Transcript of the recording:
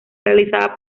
realizada